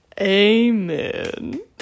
Amen